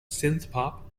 synthpop